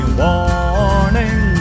warning